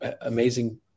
amazing